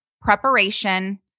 preparation